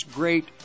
great